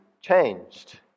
changed